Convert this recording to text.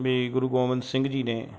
ਵੀ ਗੁਰੂ ਗੋਬਿੰਦ ਸਿੰਘ ਜੀ ਨੇ